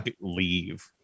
leave